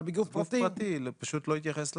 אבל בגוף פרטי --- גוף פרטי פשוט לא יתייחס לשורה.